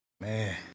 man